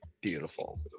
beautiful